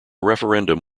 referendum